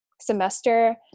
semester